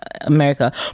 America